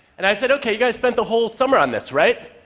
and i said, ok, you guys spent the whole summer on this, right?